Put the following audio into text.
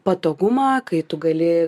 patogumą kai tu gali